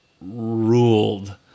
ruled